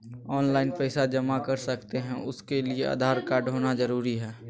Online पैसा जमा कर सकते हैं उसके लिए आधार कार्ड होना जरूरी है?